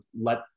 let